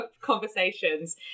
conversations